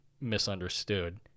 misunderstood